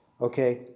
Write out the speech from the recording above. Okay